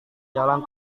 jalan